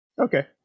Okay